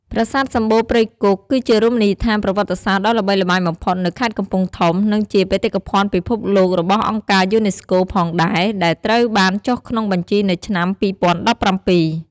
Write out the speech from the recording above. ប្រាសាទសំបូរព្រៃគុក គឺជារមណីយដ្ឋានប្រវត្តិសាស្ត្រដ៏ល្បីល្បាញបំផុតនៅខេត្តកំពង់ធំ និងជាបេតិកភណ្ឌពិភពលោករបស់អង្គការយូណេស្កូផងដែរដែលត្រូវបានចុះក្នុងបញ្ជីនៅឆ្នាំ ២០១៧។